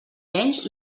menys